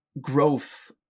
growth